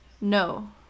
No